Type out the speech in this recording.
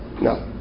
No